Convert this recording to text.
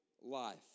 life